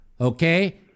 Okay